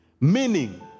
meaning